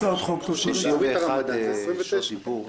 שעות דיבור,